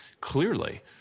clearly